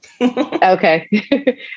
okay